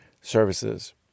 services